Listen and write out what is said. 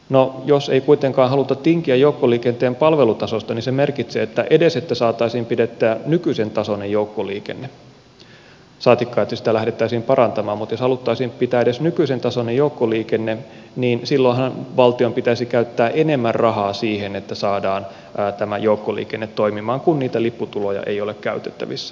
no jos ei kuitenkaan haluta tinkiä joukkoliikenteen palvelutasosta niin se merkitsee että jotta edes saataisiin pitää nykyisen tasoinen joukkoliikenne saatikka että sitä lähdettäisiin parantamaan mutta jos haluttaisiin pitää edes nykyisen tasoinen joukkoliikenne niin silloinhan valtion pitäisi käyttää enemmän rahaa siihen että saadaan tämä joukkoliikenne toimimaan kun niitä lipputuloja ei ole käytettävissä